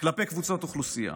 כזאת כלפי קבוצות אוכלוסייה.